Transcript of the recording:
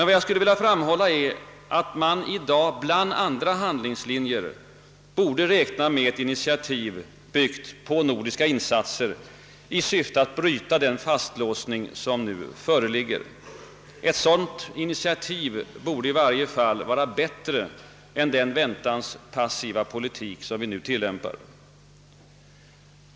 Vad jag skulle vilja framhålla är att man i dag bland andra handlingslinjer borde räkna med ett initiativ byggt på nordiska insatser i syfte att bryta den fastlåsning som föreligger. Ett sådant initiativ borde i varje fall vara bättre än den väntans passiva politik som vi nu tillämpar.